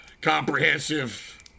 comprehensive